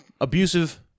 abusive